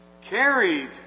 carried